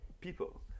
people